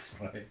right